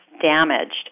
damaged